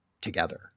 together